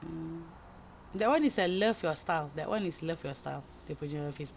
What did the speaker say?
mm that one is a love your style that one is love your style dia punya Facebook